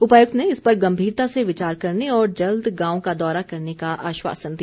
उपायुक्त ने इस पर गम्मीरता से विचार करने और जल्द गांव का दौरा करने का आश्वासन दिया